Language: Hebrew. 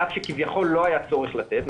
על אף שכביכול לא היה צורך לתת,